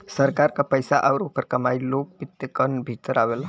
सरकार क पइसा आउर ओकर कमाई लोक वित्त क भीतर आवेला